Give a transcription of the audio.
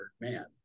man